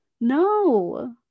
No